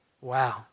Wow